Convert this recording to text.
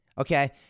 Okay